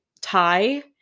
tie